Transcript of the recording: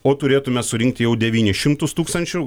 o turėtume surinkti jau devynis šimtus tūkstančių